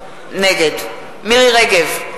נגד מירי רגב,